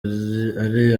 ari